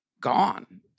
gone